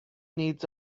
needs